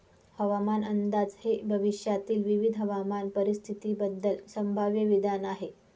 हवामान अंदाज हे भविष्यातील विविध हवामान परिस्थितींबद्दल संभाव्य विधान आहे